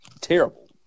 terrible